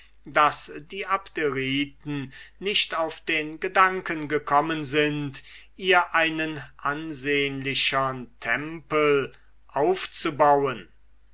daß die abderiten nicht auf den gedanken gekommen sind ihr einen ansehnlichern tempel aufzubauen